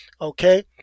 Okay